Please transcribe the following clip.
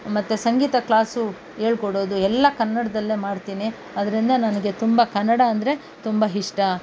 ಮತ್ತೆ ಸಂಗೀತ ಕ್ಲಾಸು ಹೇಳ್ಕೊಡೋದು ಎಲ್ಲ ಕನ್ನಡದಲ್ಲೇ ಮಾಡ್ತೀನಿ ಅದರಿಂದ ನನಗೆ ತುಂಬ ಕನ್ನಡ ಅಂದರೆ ತುಂಬ ಇಷ್ಟ